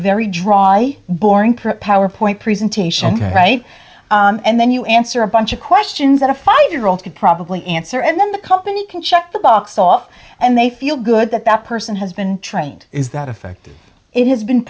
very dry boring propeller point presentation and then you answer a bunch of questions that a five year old could probably answer and then the company can check the box off and they feel good that that person has been trained is that effect it has been